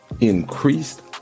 increased